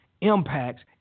impacts